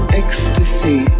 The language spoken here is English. ecstasy